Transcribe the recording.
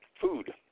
food